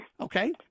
Okay